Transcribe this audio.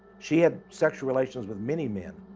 she had sexual relations with many men.